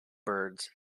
birds